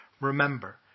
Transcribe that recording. Remember